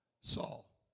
Saul